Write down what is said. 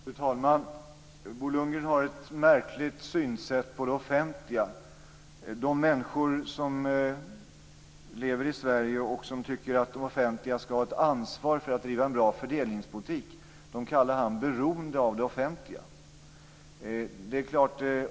Fru talman! Bo Lundgren har ett märkligt synsätt på det offentliga. De människor som lever i Sverige och som tycker att det offentliga skall ha ett ansvar för att driva en bra fördelningspolitik kallar han beroende av det offentliga.